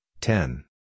ten